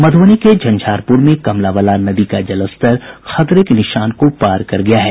मधुबनी के झंझारपुर में कमला बलान नदी का जलस्तर खतरे के निशान को पार कर गया है